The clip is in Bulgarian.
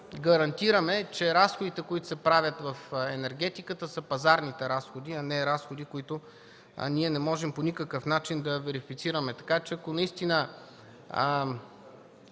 че разходите, които се правят в енергетиката, са пазарните разходи, а не разходи, които не можем по никакъв начин да верифицираме, така че ако наистина